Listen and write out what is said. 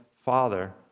Father